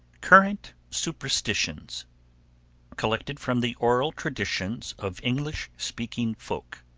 current superstitions collected from the oral tradition of english speaking folk